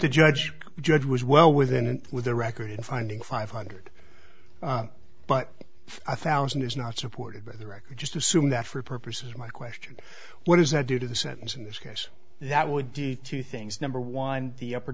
the judge judge was well within and with a record of finding five hundred but i thousand is not supported by the record just assume that for purposes of my question what does that do to the sentence in this case that would be two things number one the upper